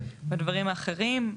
כמו שיש בדברים האחרים,